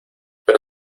pero